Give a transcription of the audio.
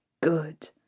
good